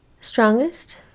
strongest